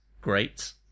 great